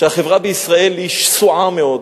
שהחברה בישראל שסועה מאוד,